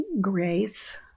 grace